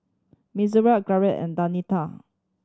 Mitzi Gaige and Denita